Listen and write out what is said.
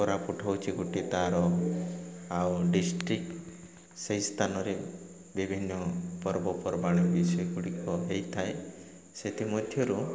କୋରାପୁଟ ହେଉଛି ଗୋଟେ ତା'ର ଆଉ ଡିଷ୍ଟ୍ରିକ୍ ସେହି ସ୍ଥାନରେ ବିଭିନ୍ନ ପର୍ବପର୍ବାଣି ବିଷୟ ଗୁଡ଼ିକ ହେଇଥାଏ ସେଥିମଧ୍ୟରୁ